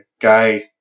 guy